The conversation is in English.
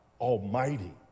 Almighty